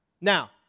Now